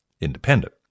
independent